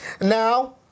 Now